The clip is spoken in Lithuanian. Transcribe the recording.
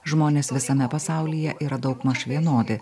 žmonės visame pasaulyje yra daugmaž vienodi